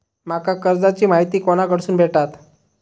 माका कर्जाची माहिती कोणाकडसून भेटात?